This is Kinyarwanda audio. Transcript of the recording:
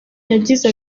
yagize